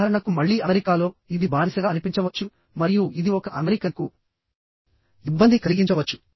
ఉదాహరణకు మళ్ళీ అమెరికాలో ఇది బానిసగా అనిపించవచ్చు మరియు ఇది ఒక అమెరికన్కు ఇబ్బంది కలిగించవచ్చు